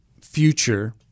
future—